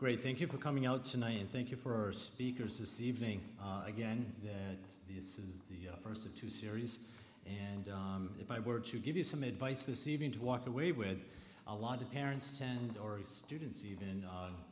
great thank you for coming out tonight and thank you for speaker says evening again this is the first of two series and if i were to give you some advice this evening to walk away with a lot of parents tandoori students even